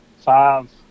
five